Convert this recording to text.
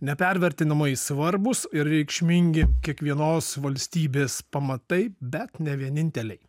nepervertinamai svarbūs ir reikšmingi kiekvienos valstybės pamatai bet ne vieninteliai